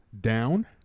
down